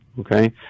okay